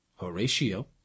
Horatio